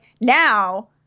now